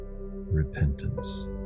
repentance